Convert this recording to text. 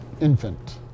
infant